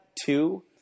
two